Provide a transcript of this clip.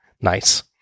Nice